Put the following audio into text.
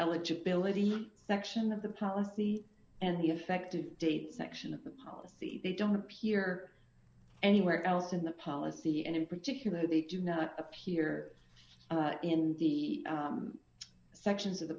eligibility section of the policy and the effective date section of the policy they don't appear anywhere else in the policy and in particular they do not appear in the sections of the